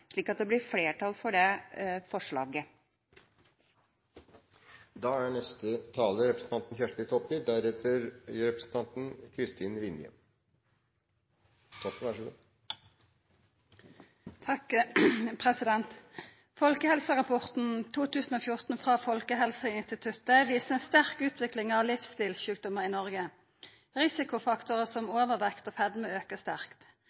slik at det blir flertall for det forslaget. Folkehelserapporten 2014 frå Folkehelseinstituttet viser ei sterk utvikling av livsstilssjukdommar i Noreg. Risikofaktorar som overvekt og fedme aukar sterkt.